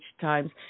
Times